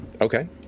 Okay